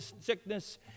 sickness